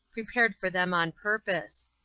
prepared for them on purpose.